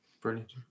Brilliant